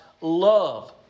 love